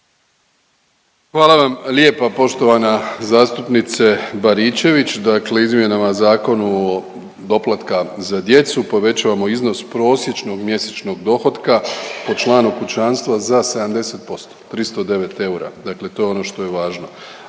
Hvala vam lijepa poštovana zastupnice Baričević. Dakle, izmjenama Zakonu o doplatka za djecu povećamo iznos prosječnog mjesečnog dohotka po članu kućanstva za 70%, 309 eura, dakle to je ono što je važno,